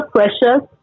Precious